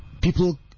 people